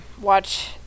watch